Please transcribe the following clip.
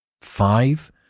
five